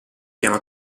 piano